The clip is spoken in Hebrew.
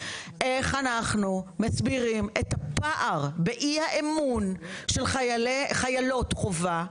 איך אנחנו מסבירים את הפער באי האמון של חיילות חובה,